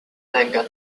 blanca